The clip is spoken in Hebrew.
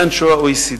לאנשי ה-OECD,